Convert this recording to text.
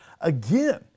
Again